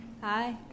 Hi